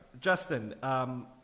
Justin